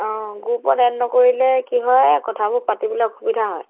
অঁ গ্ৰুপত এড নকৰিলে কি হয় কথাবোৰ পাতিবলৈ অসুবিধা হয়